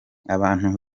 abantu